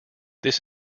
this